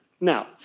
Now